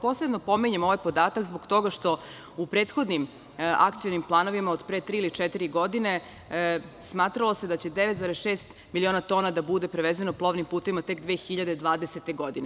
Posebno pominjem ovaj podatak zbog toga što u prethodnim akcionim planovima od pre tri ili četiri godine smatralo se da će 9,6 miliona tona da bude prevezeno plovnim putevima tek 2020. godine.